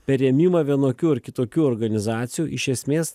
per rėmimą vienokių ar kitokių organizacijų iš esmės